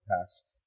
past